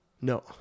No